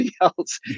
else